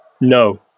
No